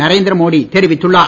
நரேந்திர மோடி தெரிவித்துள்ளார்